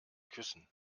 küssen